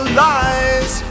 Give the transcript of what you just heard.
lies